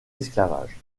esclavage